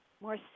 more